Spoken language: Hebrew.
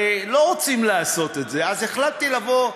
הרי לא רוצים לעשות את זה, אז החלטתי לבוא.